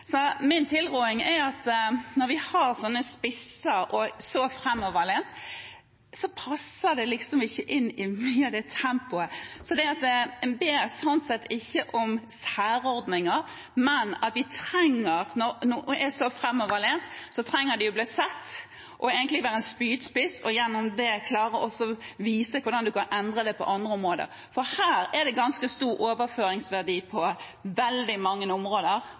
Så man må bygge opp dedikert kompetanse. Dette er min tilråding. Når vi har sånne spisser, som er så framoverlent, passer det liksom ikke inn i mye av tempoet, og man ber sånn sett ikke om særordninger, men at når de er så framoverlent, trenger de å bli sett, få være en spydspiss, og gjennom det klare å vise hvordan man kan endre på andre områder, for her er det ganske stor overføringsverdi på veldig mange områder.